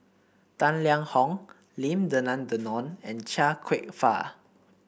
Tang Liang Hong Lim Denan Denon and Chia Kwek Fah